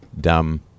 dumb